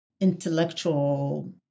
intellectual